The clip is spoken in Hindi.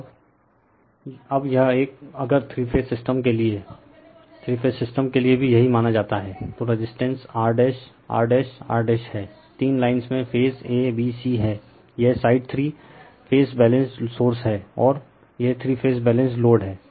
रिफर स्लाइड टाइम 2015 अब अब यह एक अगर थ्री फेज सिस्टम के लिए थ्री फेज सिस्टम के लिए भी यही माना जाता है तो रेजिस्टेंस R R R है तीन लाइन्स में फेज ए बी सी है यह side three phase balanced source है और यह थ्री फेज बैलेंस्ड लोड है